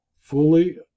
fully